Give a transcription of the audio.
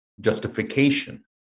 justification